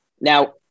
now